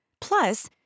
Plus